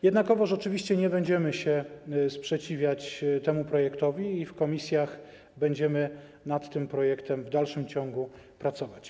Jednakowoż oczywiście nie będziemy się sprzeciwiać temu projektowi i w komisjach będziemy nad tym projektem w dalszym ciągu pracować.